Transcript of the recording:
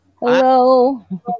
Hello